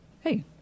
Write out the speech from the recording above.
hey